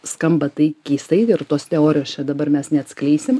skamba tai keistai ir tos teorijos čia dabar mes neatskleisim